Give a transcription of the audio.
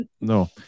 No